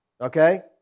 Okay